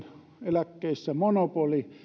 eläkkeissä monopoli